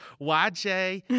YJ